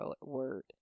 word